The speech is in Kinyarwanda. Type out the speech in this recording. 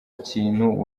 kintu